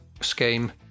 scheme